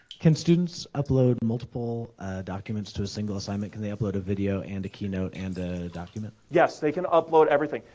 can students upload multiple documents to a single assignment? can they upload a video and a keynote and a document? ed yes, they can upload everything.